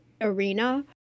arena